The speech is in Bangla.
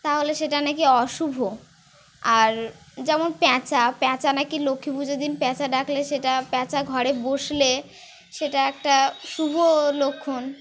তাহলে সেটা নাকি অশুভ আর যেমন প্যাঁচা প্যাঁচা নাকি লক্ষ্মী পুজোর দিন প্যাঁচা ডাকলে সেটা প্যাঁচা ঘরে বসলে সেটা একটা শুভ লক্ষণ